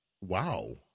Wow